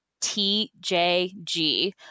TJG